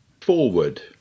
forward